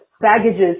baggages